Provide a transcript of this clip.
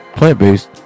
plant-based